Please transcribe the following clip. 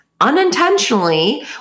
unintentionally